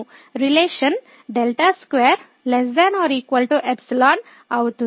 relation δ2 ≤ ϵ అవుతుంది